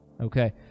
Okay